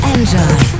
Enjoy